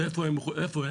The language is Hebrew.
ואיפה הם?